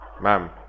ma'am